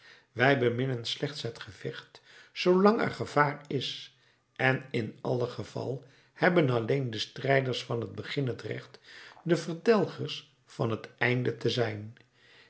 wij beminnen slechts het gevecht zoolang er gevaar is en in allen geval hebben alleen de strijders van het begin het recht de verdelgers van het einde te zijn